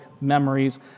memories